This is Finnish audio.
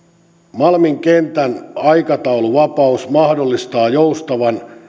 malmin kentän aikatauluvapaus mahdollistaa joustavan